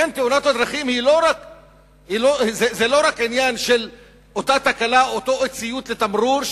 לכן תאונות הדרכים זה לא רק עניין של אותה תקלה או אותו אי-ציות לתמרור,